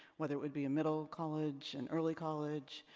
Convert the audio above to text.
whether it would be a middle college, an early college.